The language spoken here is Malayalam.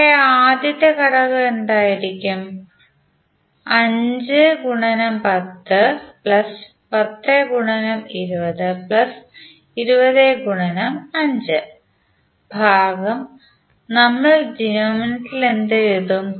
ഇവിടെ ആദ്യത്തെ ഘടകം എന്തായിരിക്കും 5 10 പ്ലസ് 10 20 പ്ലസ് 20 5 5101020205ഭാഗം നമ്മൾ ഡിനോമിനേറ്ററിൽ എന്തെഴുതും